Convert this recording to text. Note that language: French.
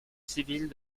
civile